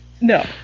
No